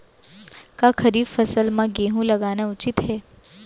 का खरीफ फसल म गेहूँ लगाना उचित है?